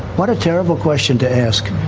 what a terrible question to ask.